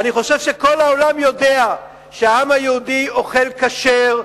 אני חושב שכל העולם יודע שהעם היהודי אוכל כשר,